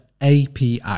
API